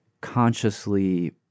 consciously